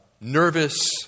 nervous